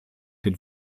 den